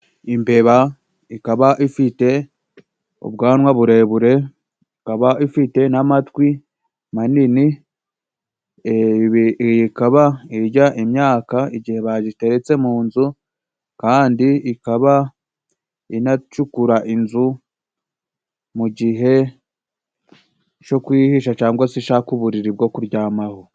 Imbeba ikaba ifite ubwanwa burebure. Ikaba ifite n'amatwi manini. Ikaba irya imyaka igihe bagiteretse mu nzu. Kandi ikaba inacukura inzu mu gihe co kwihisha cangwa se ishaka uburiri bwo kuryamaho.